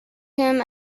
him